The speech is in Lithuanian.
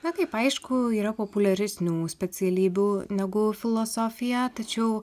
na kaip aišku yra populiaresnių specialybių negu filosofija tačiau